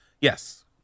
yes